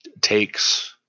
takes